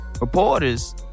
Reporters